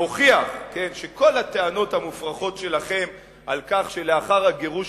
שהוכיח שכל הטענות המופרכות שלכם על כך שלאחר הגירוש